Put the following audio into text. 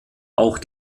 auch